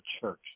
church